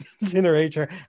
incinerator